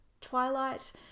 Twilight